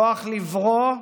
כוח לברוא,